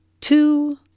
two